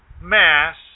mass